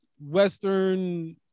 Western